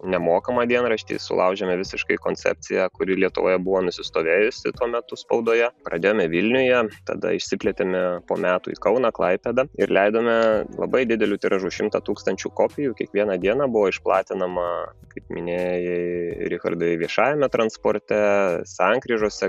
nemokamą dienraštį sulaužėme visiškai koncepciją kuri lietuvoje buvo nusistovėjusi tuo metu spaudoje pradėjome vilniuje tada išsiplėtėme po metų į kauną klaipėdą ir leidome labai dideliu tiražu šimtą tūkstančių kopijų kiekvieną dieną buvo išplatinama kaip minėjai richardai viešajame transporte sankryžose